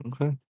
Okay